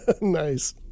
Nice